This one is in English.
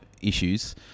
issues